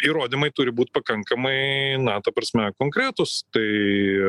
įrodymai turi būt pakankamai na ta prasme konkretūs tai